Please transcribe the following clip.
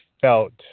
felt